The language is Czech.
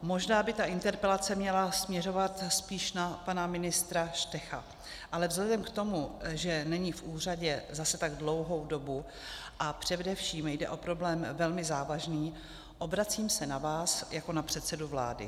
Možná by ta interpelace měla směřovat spíše na pana ministra Štecha, ale vzhledem k tomu, že není v úřadě zase tak dlouhou dobu a především jde o problém velmi závažný, obracím se na vás jako na předsedu vlády.